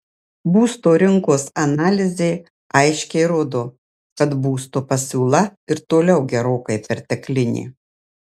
būsto rinkos analizė aiškiai rodo kad būsto pasiūla ir toliau gerokai perteklinė